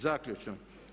Zaključno.